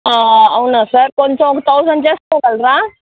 అవునా సార్ కొంచెం ఒక తౌజండ్ చేసుకోగలరా